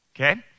okay